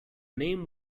name